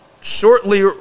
shortly